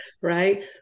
right